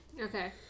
okay